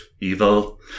evil